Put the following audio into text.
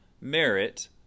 merit